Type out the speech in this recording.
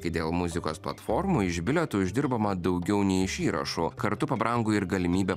kai dėl muzikos platformų iš bilietų uždirbama daugiau nei iš įrašų kartu pabrango ir galimybė